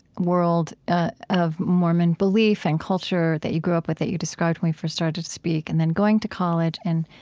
world of mormon belief and culture that you grew up with, that you described when we first started to speak, and then going to college and